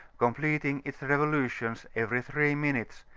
completmg its revolution every three minutes,